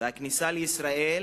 והכניסה לישראל